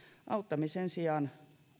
auttamisen sijaan